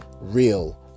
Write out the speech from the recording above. Real